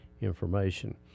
information